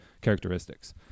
characteristics